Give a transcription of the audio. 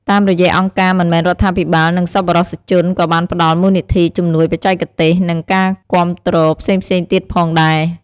តាមរយៈអង្គការមិនមែនរដ្ឋាភិបាល និងសប្បុរសជនក៏បានផ្ដល់ មូលនិធិ ជំនួយបច្ចេកទេស និង ការគាំទ្រផ្សេងៗទៀតផងដែរ។